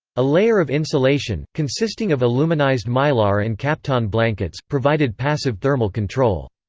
a layer of insulation, consisting of aluminized mylar and kapton blankets, provided passive thermal control.